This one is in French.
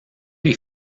les